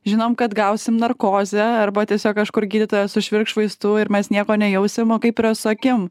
žinom kad gausim narkozę arba tiesiog kažkur gydytojas sušvirkš vaistų ir mes nieko nejausim o kaip yra su akim